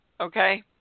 Okay